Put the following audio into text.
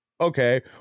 okay